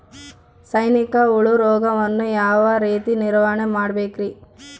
ಸೈನಿಕ ಹುಳು ರೋಗವನ್ನು ಯಾವ ರೇತಿ ನಿರ್ವಹಣೆ ಮಾಡಬೇಕ್ರಿ?